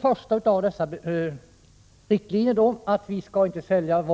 Första delen i riktlinjerna innebär att vi inte skall sälja